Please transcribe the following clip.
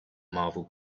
marvel